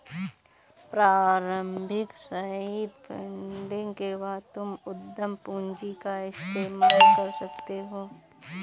प्रारम्भिक seed funding के बाद तुम उद्यम पूंजी का इस्तेमाल कर सकते हो